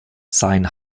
sein